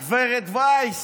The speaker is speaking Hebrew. גב' ויס,